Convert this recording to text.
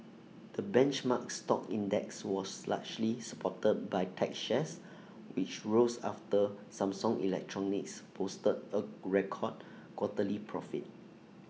the benchmark stock index was largely supported by tech shares which rose after Samsung electronics posted A record quarterly profit